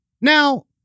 Now